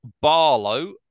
Barlow